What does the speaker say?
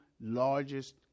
largest